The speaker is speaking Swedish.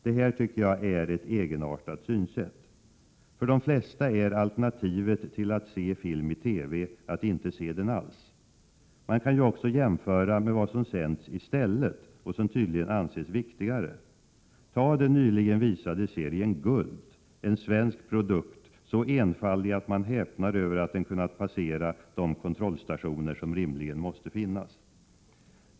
Det är ett egenartat synsätt. För de flesta är alternativet till att se en film i TV att inte se den alls. Man kan ju också jämföra med vad som sänds i stället, och som tydligen anses viktigare. Tag den nyligen visade serien Guld — en svensk produkt, så enfaldig att man häpnar över att den kunnat passera de kontrollstationer som rimligen måste finnas.